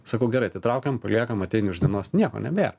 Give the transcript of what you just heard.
sakau gerai atsitraukiam paliekam ateini už dienos nieko nebėra